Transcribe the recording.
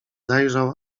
zajrzał